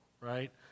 right